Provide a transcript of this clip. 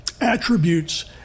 attributes